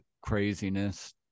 craziness